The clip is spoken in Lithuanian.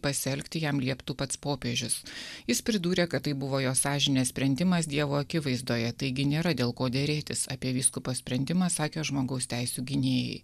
pasielgti jam lieptų pats popiežius jis pridūrė kad tai buvo jo sąžinės sprendimas dievo akivaizdoje taigi nėra dėl ko derėtis apie vyskupo sprendimą sakė žmogaus teisių gynėjai